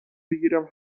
بگیرم